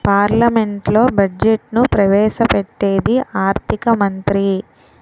పార్లమెంట్లో బడ్జెట్ను ప్రవేశ పెట్టేది ఆర్థిక మంత్రి